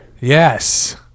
Yes